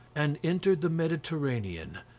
and entered the mediterranean.